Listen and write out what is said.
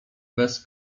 bez